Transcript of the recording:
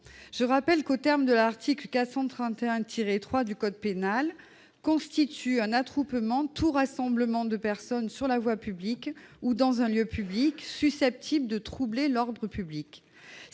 Je rappelle qu'aux termes de l'article 431-3 du code pénal, « constitue un attroupement tout rassemblement de personnes sur la voie publique ou dans un lieu public susceptible de troubler l'ordre public